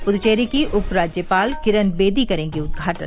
पुदुवेरी की उप राज्यपाल किरन बेदी करेंगी उद्घाटन